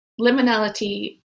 liminality